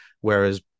Whereas